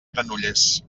granollers